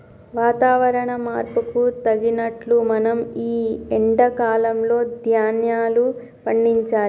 వాతవరణ మార్పుకు తగినట్లు మనం ఈ ఎండా కాలం లో ధ్యాన్యాలు పండించాలి